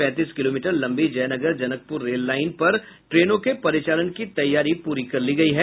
पैंतीस किलोमीटर लंबी Jaynagar Janakpur rail line पर ट्रेनों के परिचालन की तैयारी पूरी कर ली गयी है